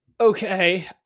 Okay